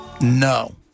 No